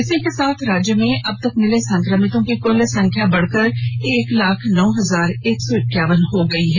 इसी के साथ राज्य में अब तक मिले संक्रमितों की कुल संख्या बढ़कर एक लाख नौ हजार एक सौ इक्यावन पहुंच गई है